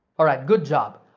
alright, good job.